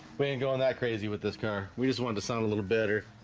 we ain't going that crazy with this car we just wanted to sound a little better